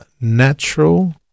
Natural